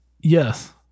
Yes